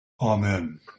Amen